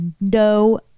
no